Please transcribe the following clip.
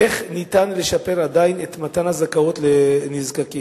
איך אפשר לשפר עדיין את מתן הזכאות לנזקקים,